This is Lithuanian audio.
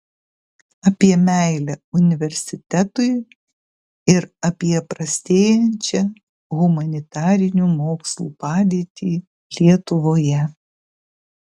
apie meilę universitetui ir apie prastėjančią humanitarinių mokslų padėtį lietuvoje